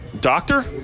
doctor